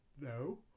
no